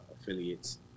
affiliates